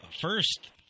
first